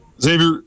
Xavier